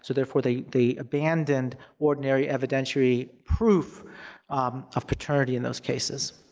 so therefore they they abandoned ordinary evidentiary proof of paternity in those cases.